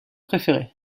préféré